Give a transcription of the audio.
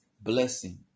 blessing